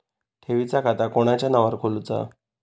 ठेवीचा खाता कोणाच्या नावार खोलूचा?